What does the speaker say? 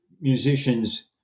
musicians